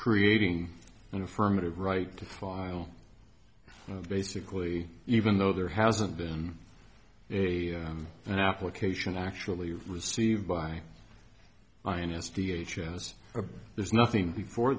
creating an affirmative right to file basically even though there hasn't been a an application actually received by minus th or else there's nothing before